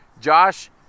Josh